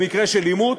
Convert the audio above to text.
במקרה של עימות,